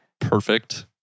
perfect